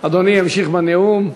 אדוני ימשיך בנאום.